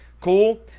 Cool